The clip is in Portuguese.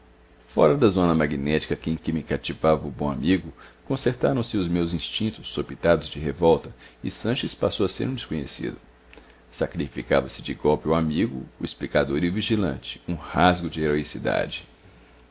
fora da zona magnética em que me cativava o bom amigo concertaram se os meus instintos sopitados de revolta e sanches passou a ser um desconhecido sacrificava se de golpe o amigo o explicador e o vigilante um rasgo de heroicidade